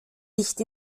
nicht